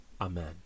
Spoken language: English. Amen